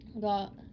got